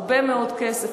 הרבה מאוד כסף.